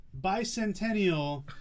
bicentennial